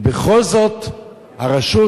ובכל זאת הרשות,